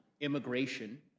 immigration